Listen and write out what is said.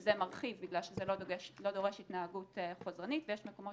שזה מרחיב בגלל שזה לא דורש התנהגות חודרנית ויש מקומות